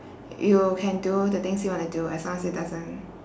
y~ you can do the things you want to do as long as it doesn't